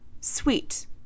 sweet